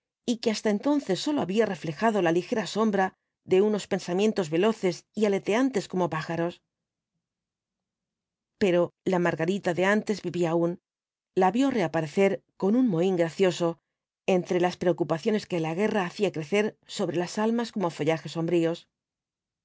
y que hasta entonces sólo había reflejado la ligera sombra de unos pensamientos veloces y aleteantes como pájaros pero la margarita de antes vivía aún la vio reaparecer con un mohín gracioso entre las preocupaciones que la guerra hacía crecer sobre las almas como follajes sombríos